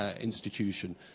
institution